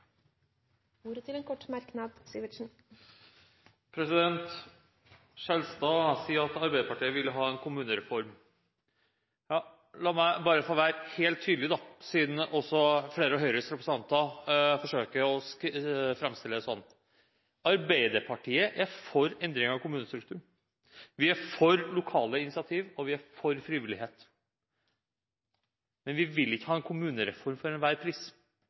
ordet til en kort merknad, begrenset til 1 minutt. Representanten Skjelstad sier at Arbeiderpartiet vil ha en kommunereform. La meg da bare få være helt tydelig, siden også flere av Høyres representanter forsøker å framstille det sånn. Arbeiderpartiet er for endringer av kommunestrukturen, vi er for lokale initiativ, og vi er for frivillighet. Men vi vil ikke ha en kommunereform for enhver pris.